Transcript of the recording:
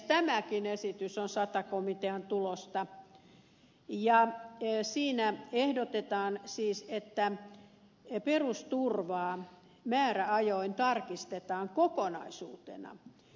tämäkin esitys on sata komitean tulosta ja siinä ehdotetaan siis että perusturvaa määräajoin tarkistetaan kokonaisuutena